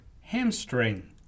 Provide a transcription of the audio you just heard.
hamstring